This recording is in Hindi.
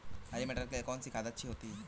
हरी मटर के लिए कौन सी खाद अच्छी होती है?